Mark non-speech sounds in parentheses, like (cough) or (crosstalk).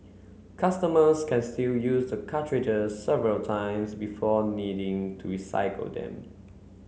customers can (unintelligible) use the cartridges several times before needing to recycle them